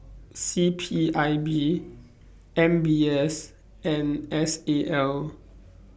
C P I B M B S and S A L